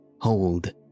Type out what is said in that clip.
Hold